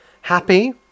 happy